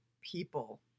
people